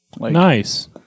Nice